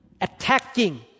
attacking